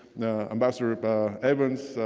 yeah ambassador ah evans,